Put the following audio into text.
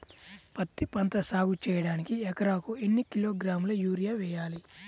పత్తిపంట సాగు చేయడానికి ఎకరాలకు ఎన్ని కిలోగ్రాముల యూరియా వేయాలి?